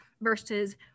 versus